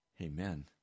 Amen